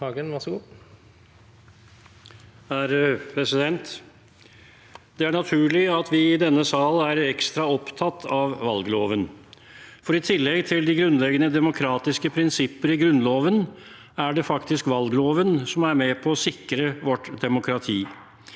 Hagen (FrP) Det er naturlig at vi i denne sal er ekstra opptatt av valgloven. I tillegg til de grunnleggende demokratiske prinsipper i Grunnloven er det faktisk valgloven som er med på å sikre vårt demokrati.